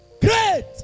Great